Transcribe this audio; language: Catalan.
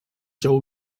jou